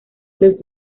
los